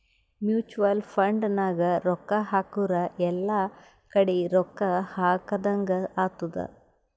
mutual fund ನಾಗ್ ರೊಕ್ಕಾ ಹಾಕುರ್ ಎಲ್ಲಾ ಕಡಿ ರೊಕ್ಕಾ ಹಾಕದಂಗ್ ಆತ್ತುದ್